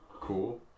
cool